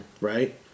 Right